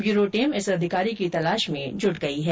bureau team इस अधिकारी की तलाश में जुट गई है